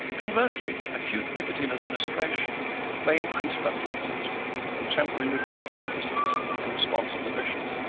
conversely, acute nicotine administration may increase frontal activity and temporarily reverse deficits in response inhibition.